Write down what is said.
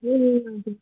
ए हजुर